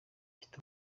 mfite